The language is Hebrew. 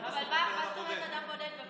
אבל, מה זאת אומרת אדם בודד?